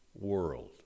world